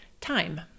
time